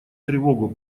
тревогу